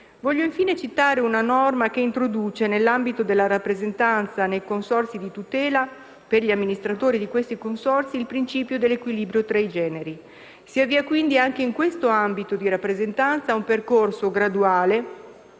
Voglio infine citare una norma che introduce, nell'ambito della rappresentanza nei consorzi di tutela, per gli amministratori di questi consorzi, il principio dell'equilibrio tra ì generi. Si avvia, quindi, anche in questo ambito di rappresentanza un percorso graduale